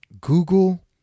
Google